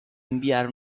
inviare